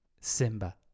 Simba